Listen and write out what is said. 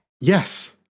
Yes